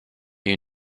you